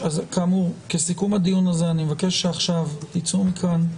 כסיכום הדיון הזה אני מבקש שעכשיו תצאו מכאן,